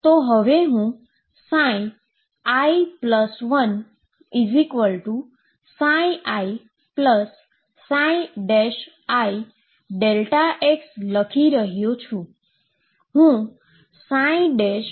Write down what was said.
તો હવે હુ i1ii Δx લખી રહ્યો છું